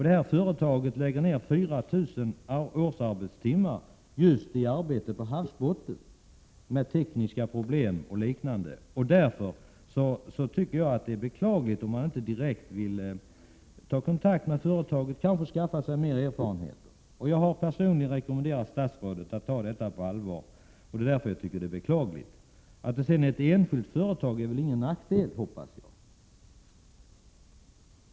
Det här företaget lägger ned 4 000 årsarbetstimmar på arbete med havsbottnen, Prot. 1987/88:129 och det gäller tekniska problem och liknande. Därför tycker jag att det är 30 maj 1988 beklagligt om man inte vill sätta sig i förbindelse med företaget och kanske =—— skaffa sig mer erfarenheter. Jag har personligen rekommenderat statsrådet Dmp Er RE att ta detta på allvar. Att det är ett enskilt företag hoppas jag inte är någon ex Härj RA gro0 nackdel.